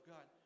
God